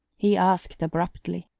he asked abruptly.